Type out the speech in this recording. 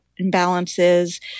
imbalances